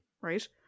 Right